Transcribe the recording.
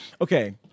Okay